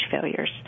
failures